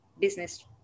business